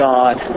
God